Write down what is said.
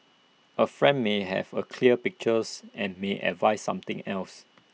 A friend may have A clear pictures and may advise something else